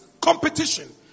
competition